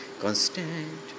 constant